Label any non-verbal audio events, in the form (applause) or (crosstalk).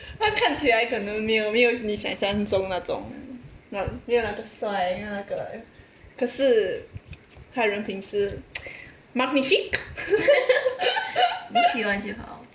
他看起来可能没有没有你想象中那种那可是他人平是 (laughs)